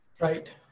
Right